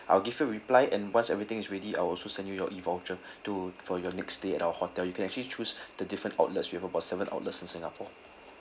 I'll give you a reply and once everything is ready I will also send you your E voucher to for your next stay at our hotel you can actually choose the different outlets we have about seven outlets in singapore